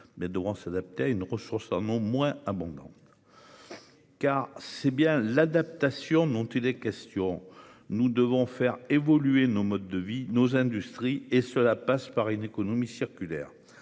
existent pour cela -à une ressource en eau moins abondante. En effet, c'est bien d'adaptation qu'il est question. Nous devons faire évoluer nos modes de vie, nos industries, et cela passe par une économie circulaire.